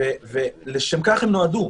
לשם כך הם נועדו,